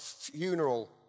funeral